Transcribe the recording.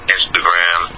Instagram